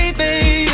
baby